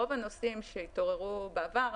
רוב הנושאים שהתעוררו בעבר,